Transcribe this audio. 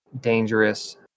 dangerous